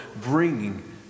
bringing